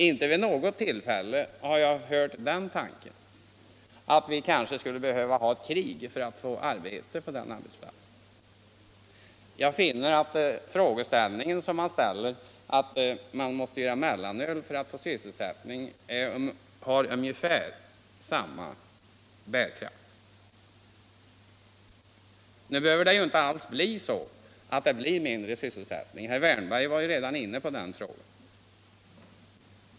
Inte vid något tillfälle har jag hört den tanken utvecklas att vi kanske skulle behöva ha ett krig för att få arbete på den arbetsplatsen. Jag finner resonemanget att man måste framställa mellanöl för att skapa sysselsättning ha ungefär samma bärkraft. Nu behöver ju konsekvensen inte alls bli mindre sysselsättning — herr Wärnberg har ju redan berört den frågan.